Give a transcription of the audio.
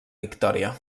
victòria